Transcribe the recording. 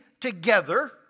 together